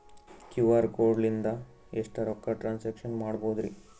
QR code ಲಿಂದ ಎಷ್ಟ ರೊಕ್ಕ ಟ್ರಾನ್ಸ್ಯಾಕ್ಷನ ಮಾಡ್ಬೋದ್ರಿ?